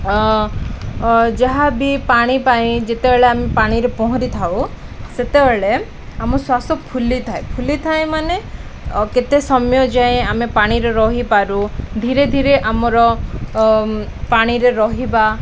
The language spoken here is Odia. ଯାହାବି ପାଣି ପାଇଁ ଯେତେବେଳେ ଆମେ ପାଣିରେ ପହଁରିଥାଉ ସେତେବେଳେ ଆମ ଶ୍ୱାସ ଫୁଲିଥାଏ ଫୁଲିଥାଏ ମାନେ କେତେ ସମୟ ଯାଏ ଆମେ ପାଣିରେ ରହିପାରୁ ଧୀରେ ଧୀରେ ଆମର ପାଣିରେ ରହିବା